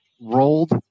rolled